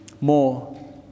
more